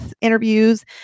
interviews